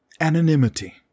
anonymity